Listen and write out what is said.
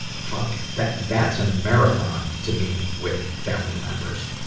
fuck. that, that's a marathon, to me, with family members,